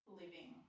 living